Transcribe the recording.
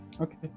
Okay